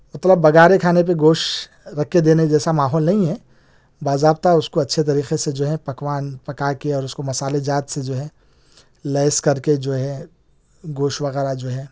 مطلب بگارے خانے پہ کوش رکھ کے دینے جیسا ماحول نہیں ہے باضابطہ اس کو اچھے طریقے سے جو ہے پکوان پکا کے اور اس کو مسالے جات سے جو ہے لیس کر کے جو ہے گوشت وغیرہ جو ہے